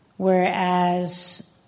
Whereas